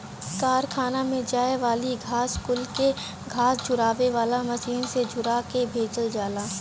कारखाना में जाए वाली घास कुल के घास झुरवावे वाली मशीन से झुरवा के भेजल जाला